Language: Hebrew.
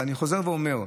אבל אני חוזר ואומר: